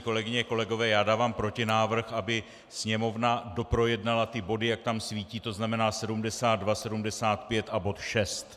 Kolegyně a kolegové, já dávám protinávrh, aby Sněmovna doprojednala body, jak tam svítí, to znamená 72, 75 a bod 6.